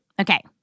Okay